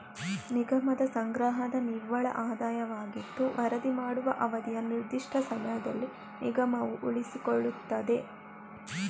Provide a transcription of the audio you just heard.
ನಿಗಮದ ಸಂಗ್ರಹದ ನಿವ್ವಳ ಆದಾಯವಾಗಿದ್ದು ವರದಿ ಮಾಡುವ ಅವಧಿಯ ನಿರ್ದಿಷ್ಟ ಸಮಯದಲ್ಲಿ ನಿಗಮವು ಉಳಿಸಿಕೊಳ್ಳುತ್ತದೆ